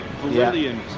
brilliant